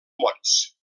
mots